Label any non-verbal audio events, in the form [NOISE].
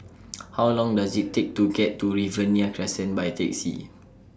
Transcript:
[NOISE] How Long Does IT Take to get to Riverina Crescent By Taxi